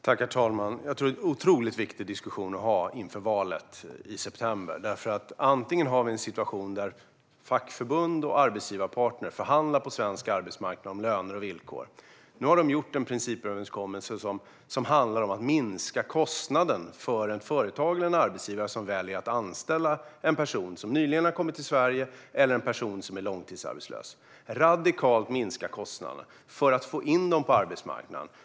Herr talman! Jag tror att detta är en otroligt viktig diskussion att ha inför valet i september. Vi kan ha en situation där fackförbund och arbetsgivarparter förhandlar på svensk arbetsmarknad om löner och villkor. Nu har de gjort en principöverenskommelse som handlar om att minska kostnaden för en företagare eller arbetsgivare som väljer att anställa en person som nyligen har kommit till Sverige eller en person som är långtidsarbetslös - radikalt minska kostnaden för att få in dem på arbetsmarknaden.